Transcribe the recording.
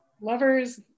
lovers